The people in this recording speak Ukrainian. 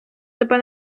тебе